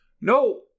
no